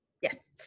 Yes